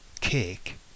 cake